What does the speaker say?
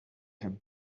him